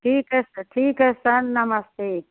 ठीक है सर ठीक है सर नमस्ते